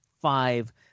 five